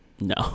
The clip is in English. No